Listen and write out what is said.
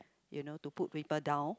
you know to put people down